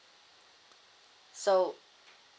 so